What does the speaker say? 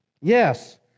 Yes